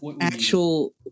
actual